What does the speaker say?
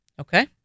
Okay